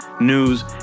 news